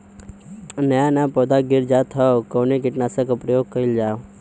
नया नया पौधा गिर जात हव कवने कीट नाशक क प्रयोग कइल जाव?